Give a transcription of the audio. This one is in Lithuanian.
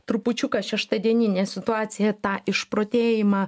trupučiuką šeštadieninė situacija tą išprotėjimą